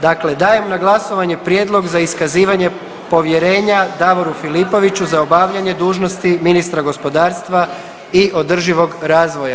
Dakle, dajem na glasovanje Prijedlog za iskazivanje povjerenja Davoru Filipoviću za obavljanje dužnosti ministra gospodarstva i održivog razvoja.